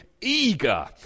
eager